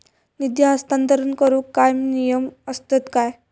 निधी हस्तांतरण करूक काय नियम असतत काय?